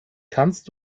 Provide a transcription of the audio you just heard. kannst